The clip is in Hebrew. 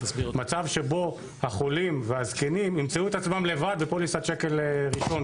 מצב שבו החולים והזקנים ימצאו את עצמם לבד בפוליסת שקל ראשון.